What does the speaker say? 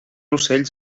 ocells